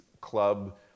club